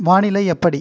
வானிலை எப்படி